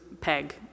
Peg